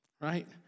right